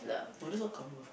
no that's not coming of age